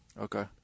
okay